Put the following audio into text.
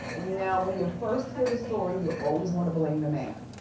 now when you first hear the story, you always wanna blame the man.